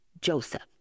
Joseph